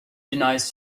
denies